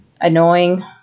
annoying